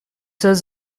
has